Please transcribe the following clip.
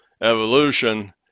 evolution